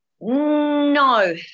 No